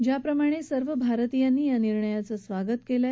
ज्याप्रमाणे सर्व भारतीयांनी या निर्णयाचं स्वागत केलं आहे